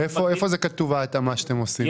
איפה כתוב לגבי ההתאמה שאתם עושים?